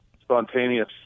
spontaneous